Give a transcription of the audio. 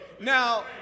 Now